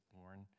born